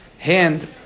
Hand